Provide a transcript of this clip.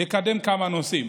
לקדם כמה נושאים: